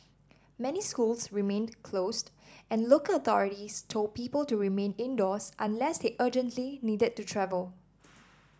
many schools remained closed and local authorities told people to remain indoors unless they urgently needed to travel